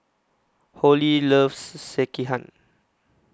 Holly loves Sekihan